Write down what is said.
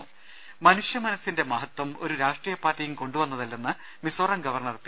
ദർവ്വട്ടെഴ മനുഷ്യമനസ്സിന്റെ മഹത്വം ഒരു രാഷ്ട്രീയ പാർട്ടിയും കൊണ്ടുവന്നത ല്ലെന്ന് മിസോറം ഗവർണർ പി